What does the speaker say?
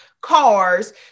cars